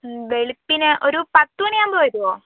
വെളുപ്പിന് ഒരു പത്ത് മണി ആവുമ്പോൾ വരുമോ